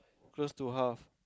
close to half